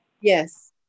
Yes